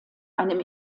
einem